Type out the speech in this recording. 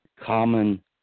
common